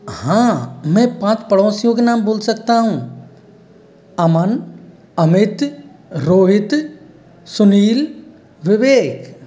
हाँ मैं पाँच पड़ोसियों के नाम बोल सकता हूँ अमन अमित रोहित सुनील विवेक